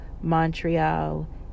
Montreal